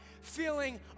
feeling